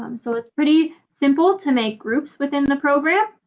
um so it's pretty simple to make groups within the program.